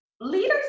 leaders